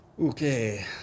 okay